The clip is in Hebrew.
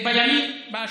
כי זה